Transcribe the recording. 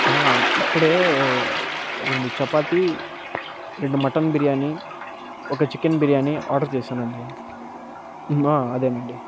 ఇప్పుడే రెండు చపాతి రెండు మటన్ బిర్యానీ ఒక చికెన్ బిర్యానీ ఆర్డర్ చేశానండి అదేనండి